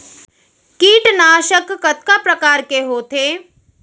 कीटनाशक कतका प्रकार के होथे?